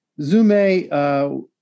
Zume